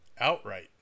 outright